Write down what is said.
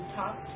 talk